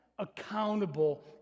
accountable